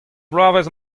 bloavezh